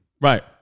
Right